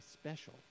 special